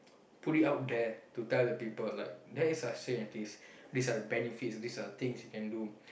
put it out there to tell the people like there is such thing as this these are the benefits these are the things you can do